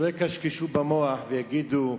שלא יקשקשו במוח ויגידו: